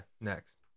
Next